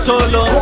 Solo